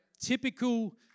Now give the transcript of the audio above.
typical